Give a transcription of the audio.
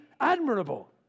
admirable